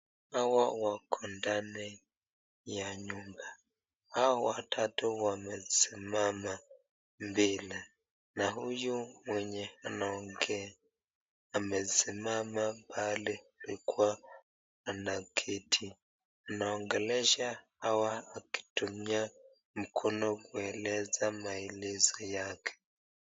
Hawa wako ndani ya nyumba. Hawa watatu wamesimama mbele na huyu mwenye anaongea. Amesima pale alikua anaketi. Anaongelesha hawa akitumia mkono kueleza maelezo yake.